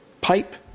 pipe